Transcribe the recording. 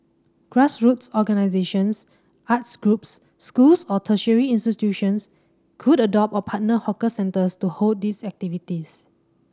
grassroots organisations arts groups schools or tertiary institutions could adopt or partner hawker centres to hold these activities